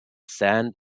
sand